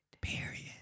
period